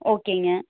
ஓகேங்க